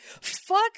fuck